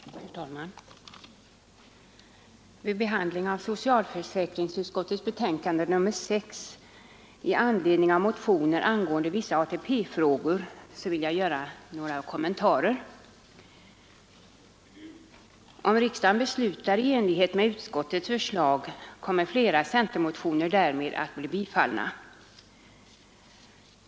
Herr talman! Vid behandlingen av socialförsäkringsutskottets betänkande nr 6 i anledning av motioner angående vissa ATP-frågor vill jag göra några kommentarer. Om riksdagen beslutar i enlighet med utskottets förslag kommer flera centermotioner därmed att bli bifallna.